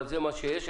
אבל זה מה שיש,